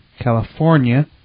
California